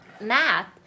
math